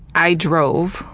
i drove,